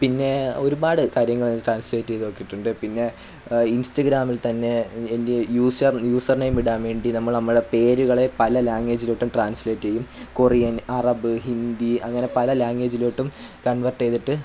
പിന്നെ ഒരുപാട് കാര്യങ്ങള് ട്രാൻസ്ലേറ്റ് ചെയ്ത് നോക്കിയിട്ടുണ്ട് പിന്നെ ഇൻസ്റ്റഗ്രാമിൽ തന്നെ എൻ്റെ യൂസർനേമിടാൻ വേണ്ടി നമ്മൾ നമ്മളെ പേരുകളെ പല ലാംഗ്വേജിലോട്ടും ട്രാൻസ്ലേറ്റ് ചെയ്യും കൊറിയൻ അറബ് ഹിന്ദി അങ്ങനെ പല ലാംഗ്വേജിലോട്ടും കൺവെർട്ട് ചെയ്തിട്ട്